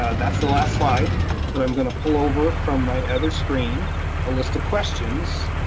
ah that's the last slide then i'm gonna pull over from my other screen a list of questions.